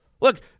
Look